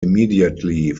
immediately